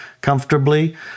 comfortably